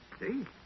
See